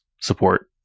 support